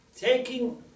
taking